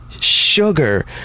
Sugar